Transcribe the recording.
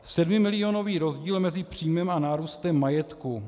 Sedmimilionový rozdíl mezi příjmem a nárůstem majetku.